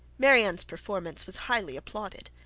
marianne's performance was highly applauded.